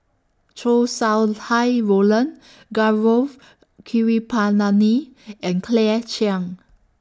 Chow Sau Hai Roland Gaurav Kripalani and Claire Chiang